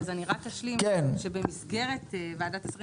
אז אני רק אשלים שבמסגרת ועדת השרים